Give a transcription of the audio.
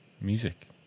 music